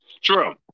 True